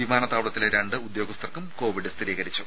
വിമാനത്താവളത്തിലെ രണ്ട് ഉദ്യോഗസ്ഥർക്കും കോവിഡ് സ്ഥിരീകരിച്ചു